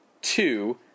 two